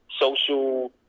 social